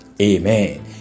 Amen